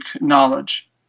knowledge